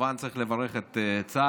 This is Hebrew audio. כמובן צריך לברך את צה"ל